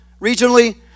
regionally